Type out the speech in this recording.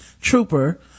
trooper